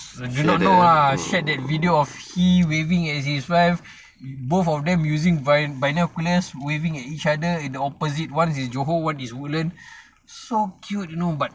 I do not know ah shared that video of he waving at his wife both of them using bino~ binoculars waving at each other in opposite one is johor one is woodlands so cute you know but